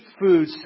food